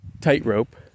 tightrope